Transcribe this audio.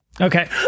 Okay